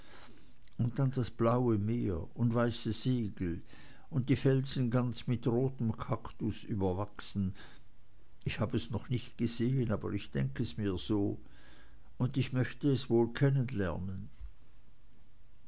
und dann das blaue meer und weiße segel und die felsen ganz mit rotem kaktus überwachsen ich habe es noch nicht gesehen aber ich denke es mir so und ich möchte es wohl